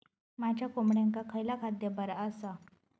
माझ्या कोंबड्यांका खयला खाद्य बरा आसा?